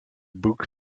book